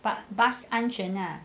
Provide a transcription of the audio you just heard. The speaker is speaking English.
but bus 安全 lah